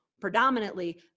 predominantly